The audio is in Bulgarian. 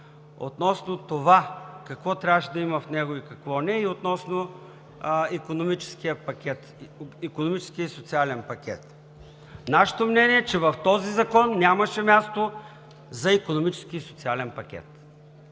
относно какво трябваше да има в него и какво – не, и относно икономическия и социален пакет. Нашето мнение е, че в този закон нямаше място за икономически и социален пакет.